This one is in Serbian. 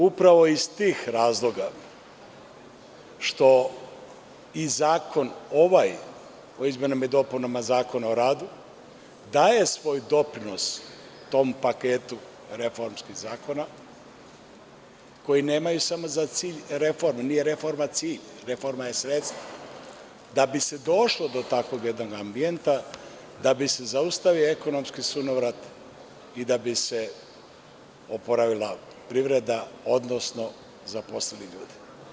Upravo iz tih razloga, što i ovaj zakon o izmenama i dopunama Zakona o radu, daje svoj doprinos tom paketu reformskih zakona, koji nemaju samo za cilj reforme, jer nije reforma cilj, ona je sredstvo, da bi se došlo do takvog jednog ambijenta da bi se zaustavio ekonomski sunovrat i da bi se oporavila privreda, odnosno zaposlili ljudi.